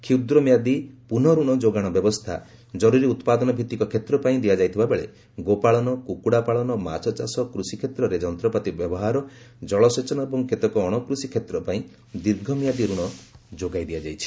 କ୍ଷୁଦ୍ରମିଆଦୀ ପୁନଃଋଣ ଯୋଗାଣ ବ୍ୟବସ୍ଥା ଜରୁରୀ ଉତ୍ପାଦନ ଭିତ୍ତିକ କ୍ଷେତ୍ର ପାଇଁ ଦିଆଯାଇଥିବା ବେଳେ ଗୋପାଳନ କୁକୁଡ଼ା ପାଳନ ମାଛଚାଷ କୃଷିକ୍ଷେତ୍ରରେ ଯନ୍ତ୍ରପାତି ବ୍ୟବହାର ଜଳସେଚନ ଏବଂ କେତେକ ଅଣକୃଷିକ୍ଷେତ୍ର ପାଇଁ ଦୀର୍ଘମିଆଦି ଋଣ ଯୋଗାଇ ଦିଆଯାଇଛି